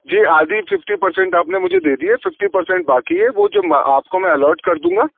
جی آدھی fifty percent آپ نے مجھے دے دییے ففٹی پرسینٹ باقی ہے وہ جب آپ کو الاٹ کر دوں گا